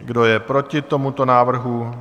Kdo je proti tomuto návrhu?